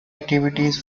activities